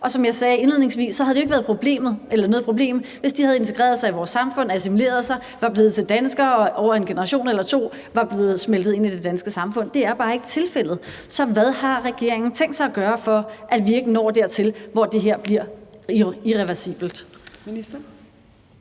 Og som jeg sagde indledningsvis, havde det jo ikke været noget problem, hvis de havde integreret sig i vores samfund, havde assimileret sig, var blevet til danskere, over en generation eller to var blevet smeltet ind i det danske samfund. Det er bare ikke tilfældet, så hvad har regeringen tænkt sig at gøre, for at vi ikke når dertil, hvor det her bliver irreversibelt?